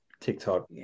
TikTok